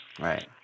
right